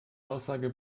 aussage